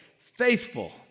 faithful